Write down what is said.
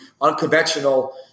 unconventional